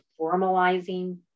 formalizing